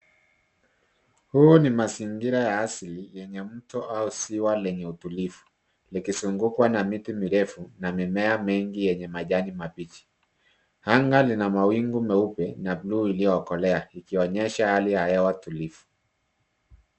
Huu ni mazingira ya asili yenye mto au ziwa lenye utulivu likizungukwa na miti mirefu na mimea mingi yenye majani mabichi. Anga lina mawingu meupe na buluu iliyokolea ikionyesha hali ya hewa tulivu.